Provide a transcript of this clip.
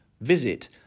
Visit